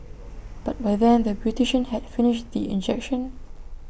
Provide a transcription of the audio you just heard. but by then the beautician had finished the injection